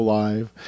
live